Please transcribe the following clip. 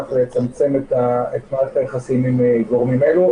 כך לצמצם את היחסים עם גורמים אלה,